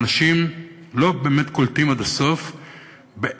ואנשים לא באמת קולטים עד הסוף באיזו